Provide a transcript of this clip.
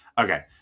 Okay